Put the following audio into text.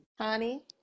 Honey